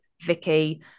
Vicky